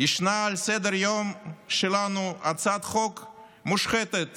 ישנה על סדר-היום שלנו הצעת חוק מושחתת